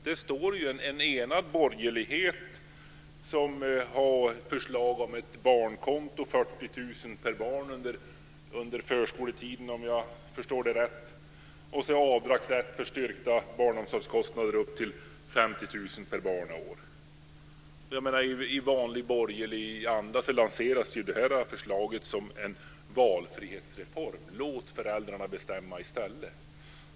Det är en enad borgerlighet som har ett förslag om ett barnkonto, 40 000 kr per barn under förskoletiden, om jag förstår det, och sedan avdragsrätten för styrkta barnomsorgskostnader upp till 50 000 kr per barn och år. I vanlig borgerlig anda lanseras det här förslaget som en valfrihetsreform - låt föräldrarna bestämma i stället.